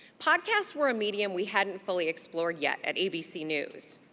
podcasts were a medium we hadn't fully explored yet at abc news.